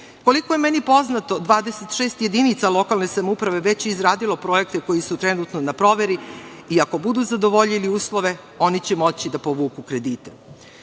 Koliko je meni poznato, 26 jedinica lokalne samouprave već je izradilo projekte koji su trenutno na proveri i ako budu zadovoljili uslove, oni će moći da povuku kredite. Takođe,